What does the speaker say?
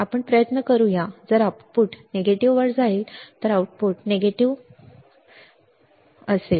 आपण प्रयत्न करूया जर आउटपुट नकारात्मक वर जाईल आउटपुट नकारात्मक बरोबर अगदी सोपे खूप सोपे